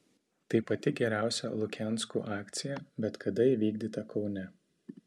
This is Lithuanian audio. tai pati geriausia lukianskų akcija bet kada įvykdyta kaune